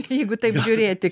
jeigu taip žiūrėti